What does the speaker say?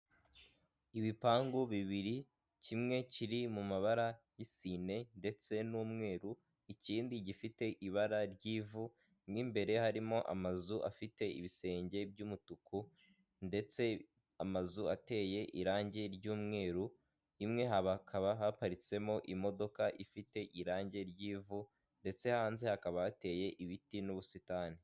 Ibipangu bibiri kimwe kiri mu mabara y'isine ndetse n'umweru; ikindi gifite ibara ry'ivu mu imbere harimo amazu afite ibisenge by'umutuku ndetse amazu ateye irangi ry'umweru, imwe haba hakaba haparitsemo imodoka ifite irangi ry'ivu ndetse hanze hakaba hateye ibiti n'ubusitani.